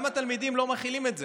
גם התלמידים לא מכילים את זה.